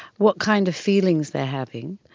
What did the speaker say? what kind of feelings they're having,